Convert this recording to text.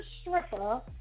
stripper